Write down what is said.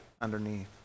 underneath